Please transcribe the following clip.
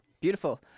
beautiful